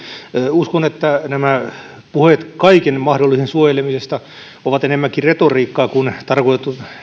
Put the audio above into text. uskon että nämä puheet kaiken mahdollisen suojelemisesta ovat enemmänkin retoriikkaa kuin tarkoitettu